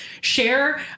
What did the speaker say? share